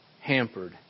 hampered